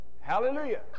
Hallelujah